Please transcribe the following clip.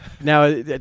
Now